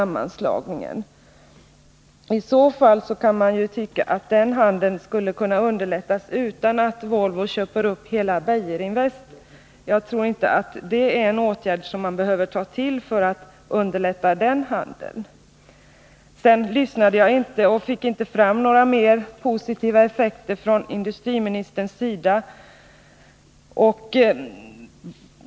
Man kan tycka att den handeln borde kunna underlättas utan att Volvo köpte upp hela Beijerinvest. Jag tror inte att det är en åtgärd som man behöver ta till för att underlätta den handeln. Några fler positiva effekter uppfattade jag inte att industriministern nämnde.